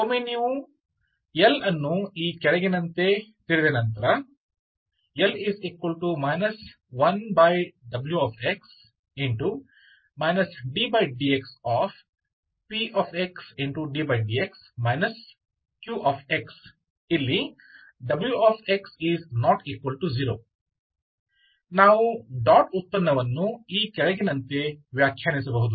ಒಮ್ಮೆ ನೀವು L ಅನ್ನು ಈ ಕೆಳಗಿನಂತೆ ತಿಳಿದ ನಂತರ L 1wx ddx pxddx qx where wx≠0 ನಾವು ಡಾಟ್ ಉತ್ಪನ್ನವನ್ನು ಈ ಕೆಳಗಿನಂತೆ ವ್ಯಾಖ್ಯಾನಿಸಬಹುದು